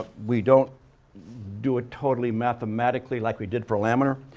we don't do it totally mathematically like we did for laminar.